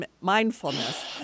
mindfulness